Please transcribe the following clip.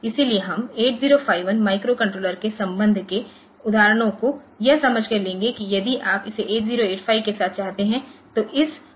इसलिए हम 8051 माइक्रोकंट्रोलर के संबंध के उदाहरणों को यह समझकर लेंगे कि यदि आप इसे 8085 के साथ चाहते हैं